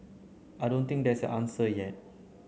I don't think there's an answer yet